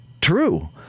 true